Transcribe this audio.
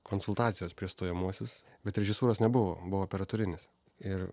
konsultacijos prieš stojamuosius bet režisūros nebuvo buvo pereturinis ir